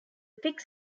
pick